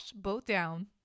bothdown